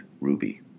Ruby